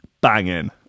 Banging